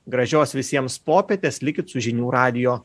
gražios visiems popietės likit su žinių radijo